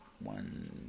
one